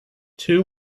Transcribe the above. two